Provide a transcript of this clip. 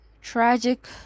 tragic